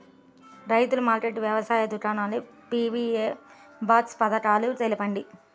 రైతుల మార్కెట్లు, వ్యవసాయ దుకాణాలు, పీ.వీ.ఓ బాక్స్ పథకాలు తెలుపండి?